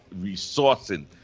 resourcing